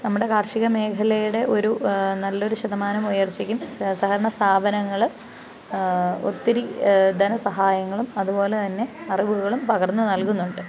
നമ്മുടെ കാർഷിക മേഖലയുടെ ഒരു നല്ലൊരു ശതമാനം ഉയർച്ചയ്ക്കും സഹകരണ സ്ഥാപനങ്ങൾ ഒത്തിരി ധനസഹായങ്ങളും അതുപോലെ തന്നെ അറിവുകളും പകർന്ന് നൽകുന്നുണ്ട്